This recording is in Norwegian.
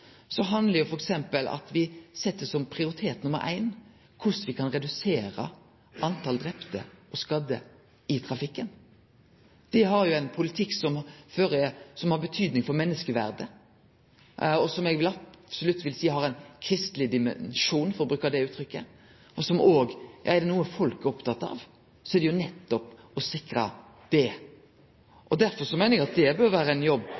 så godt – og det å føre ein folkeleg politikk. Men eg synest at i eit transportpolitisk perspektiv handlar det om at me set som prioritet nr. 1 korleis me kan redusere talet på drepne og skadde i trafikken. Det er jo ein politikk som har betydning for menneskeverdet – som eg absolutt vil seie har ein kristeleg dimensjon, for å bruke det uttrykket – og er det noko som folk er opptekne av, er det no nettopp å sikre det. Derfor meiner eg at det